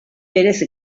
pérez